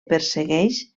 persegueix